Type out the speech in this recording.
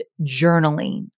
journaling